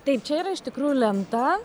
taip čia yra iš tikrųjų lenta